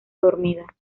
dormida